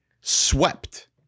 swept